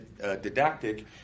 Didactic